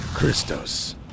christos